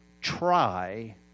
try